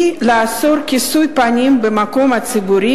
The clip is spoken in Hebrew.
היא לאסור כיסוי פנים במקום הציבורי